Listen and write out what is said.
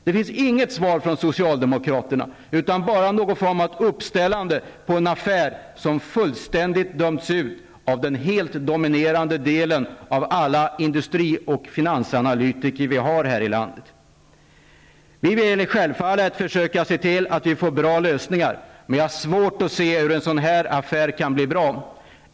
Det finns inget svar från socialdemokraterna, utan bara någon form av uppställande på en affär som fullständigt dömts ut av den helt dominerande delen av alla industri och finansanalytiker här i landet. Vi vill självfallet försöka se till att vi får bra lösningar, men jag har svårt att se hur en sådan här affär kan bli bra.